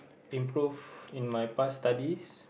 improve in my past studies